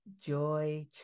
joy